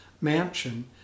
mansion